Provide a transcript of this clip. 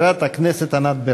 הכנסת אכרם חסון,